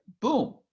Boom